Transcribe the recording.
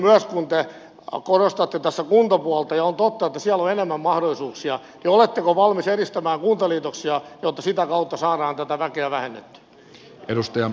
kysyisin myös kun te korostatte tässä kuntapuolta ja on totta että siellä on enemmän mahdollisuuksia niin oletteko valmis edistämään kuntaliitoksia jotta sitä kautta saadaan tätä väkeä vähennettyä